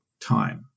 time